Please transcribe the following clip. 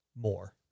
more